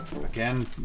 Again